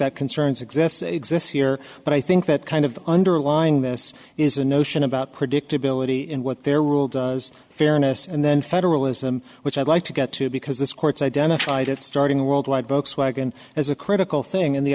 that concerns exists exists here but i think that kind of underlying this is a notion about predictability in what their rule does fairness and then federalism which i'd like to get to because this court's identified of starting world wide bokes wagon as a critical thing in the